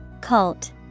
Cult